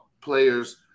players